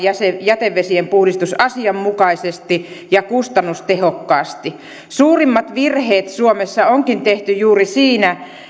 jätevesien puhdistus asianmukaisesti ja kustannustehokkaasti suurimmat virheet suomessa onkin tehty juuri siinä